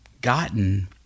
gotten